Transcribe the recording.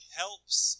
helps